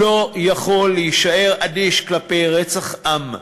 לא יכול להישאר אדיש כלפי רצח עם,